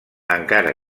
encara